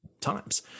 times